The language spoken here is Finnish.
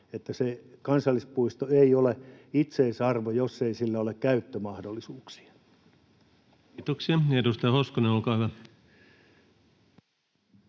sillä se kansallispuisto ei ole itseisarvo, jos ei sillä ole käyttömahdollisuuksia. Kiitoksia. — Edustaja Hoskonen, olkaa hyvä.